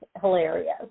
hilarious